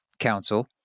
council